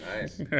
Nice